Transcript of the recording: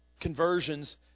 conversions